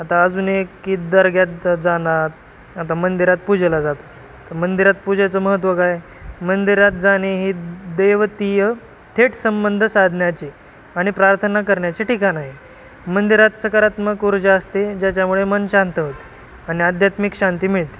आता अजून एक की दर्ग्यात जाणार आता मंदिरात पूजेला जातं तर मंदिरात पूजेचं महत्त्व काय मंदिरात जाणे हे देवतीय थेट संंबंध साधण्याचे आणि प्रार्थना करण्याचे ठिकाण आहे मंदिरात सकारात्मक ऊर्जा असते ज्याच्यामुळे मन शांत होते आणि आध्यात्मिक शांती मिळते